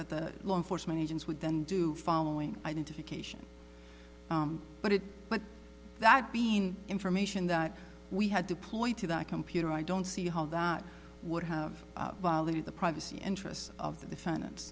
that the law enforcement agents would then do following identification but it but that bein information that we had deployed to that computer i don't see how that would have violated the privacy interests of the defendant